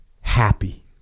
Happy